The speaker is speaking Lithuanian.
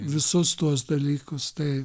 visus tuos dalykus tai